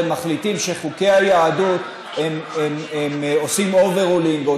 מחליטים שחוקי היהדות עושים overruling,